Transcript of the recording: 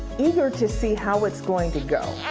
eager to see how it's going to go.